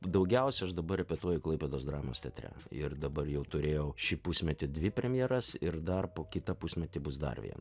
daugiausiai aš dabar repetuoju klaipėdos dramos teatre ir dabar jau turėjau šį pusmetį dvi premjeras ir dar po kitą pusmetį bus dar viena